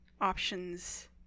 options